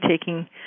taking